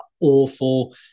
awful